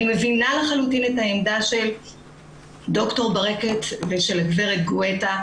אני מבינה לחלוטין את העמדה של ד"ר ברקת ושל הגברת גואטה.